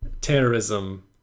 terrorism